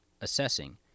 assessing